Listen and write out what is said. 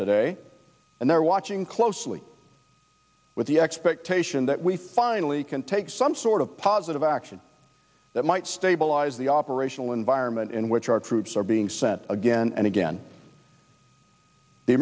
today and they're watching closely with the expectation that we finally can take some sort of positive action that might stabilize the operational environment in which our troops are being sent again and again the